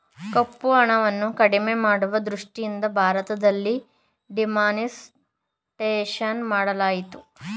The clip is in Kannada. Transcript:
ಕಪ್ಪುಹಣವನ್ನು ಕಡಿಮೆ ಮಾಡುವ ದೃಷ್ಟಿಯಿಂದ ಭಾರತದಲ್ಲಿ ಡಿಮಾನಿಟೈಸೇಷನ್ ಮಾಡಲಾಯಿತು